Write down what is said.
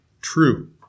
True